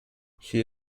she